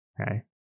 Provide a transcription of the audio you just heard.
okay